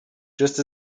just